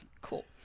Cool